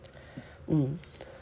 mm